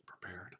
prepared